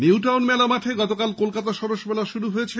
নিউটাউন মেলা মাঠে গতকাল কলকাতা সরস মেলা শুরু হয়েছে